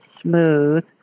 smooth